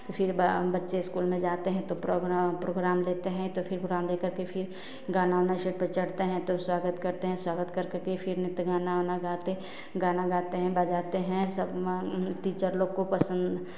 फिर बच्चे स्कूल में जाते हैं तो प्रोग्राम प्रोग्राम देते हैं तो प्रोग्राम देकर फिर गाना उना स्टेज़ पर चढ़ते हैं तो स्वागत करते हैं स्वागत करते हैं तो स्वागत कर कर के फिर गाना उना गाते गाना गाते हैं बजाते हैं सब टीचर लोग को पसन्द